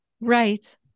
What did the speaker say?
Right